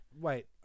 Wait